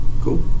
Cool